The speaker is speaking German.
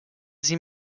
sie